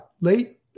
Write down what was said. late